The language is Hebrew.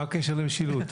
מה הקשר למשילות?